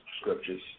scriptures